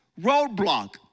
roadblock